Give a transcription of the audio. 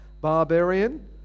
Barbarian